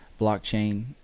blockchain